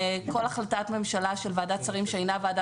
כל החלטת ממשלה של ועדת שרים שאינה ועדה